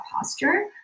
posture